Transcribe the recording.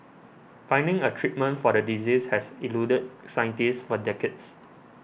finding a treatment for the disease has eluded scientists for decades